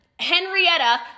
Henrietta